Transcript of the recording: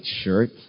shirt